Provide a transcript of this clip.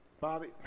bobby